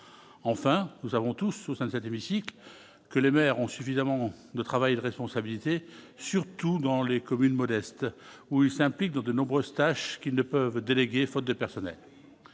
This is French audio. enfin, nous avons tous au sein de cet hémicycle que les mères ont suffisamment de travail responsabilité surtout dans les communes modestes où il s'implique dans de nombreuses tâches qui ne peuvent, faute de personnel